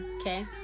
okay